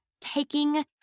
taking